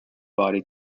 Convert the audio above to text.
body